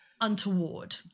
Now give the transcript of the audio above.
untoward